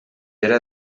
era